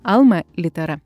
alma littera